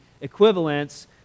equivalents